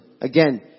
Again